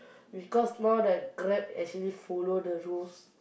because now that Grab actually follow the rules